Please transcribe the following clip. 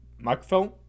microphone